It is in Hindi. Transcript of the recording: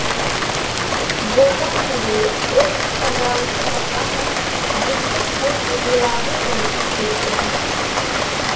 बोगनविले एक सजावटी लता है जिसके पुष्प गुलाबी रंग के होते है